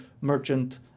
merchant